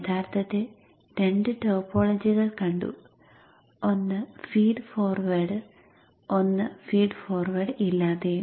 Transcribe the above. യഥാർത്ഥത്തിൽ രണ്ട് ടോപ്പോളജികൾ കണ്ടു ഒന്ന് ഫീഡ് ഫോർവേഡ് ഒന്ന് ഫീഡ് ഫോർവേഡ് ഇല്ലാതെയും